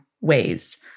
ways